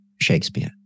Shakespeare